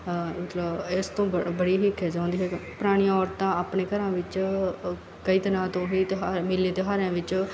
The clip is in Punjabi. ਮਤਲਬ ਇਸ ਤੋਂ ਬ ਬੜੀ ਹੀ ਖਿਝ ਆਉਂਦੀ ਹੈ ਪੁਰਾਣੀਆਂ ਔਰਤਾਂ ਆਪਣੇ ਘਰਾਂ ਵਿੱਚ ਕਈ ਦਿਨਾਂ ਤੋਂ ਹੀ ਤਿਉਹਾਰ ਮੇਲੇ ਤਿਉਹਾਰਾਂ ਵਿੱਚ